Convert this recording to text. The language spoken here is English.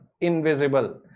invisible